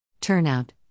Turnout